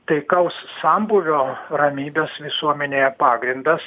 taikaus sambūvio ramybės visuomenėje pagrindas